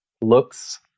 looks